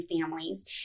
families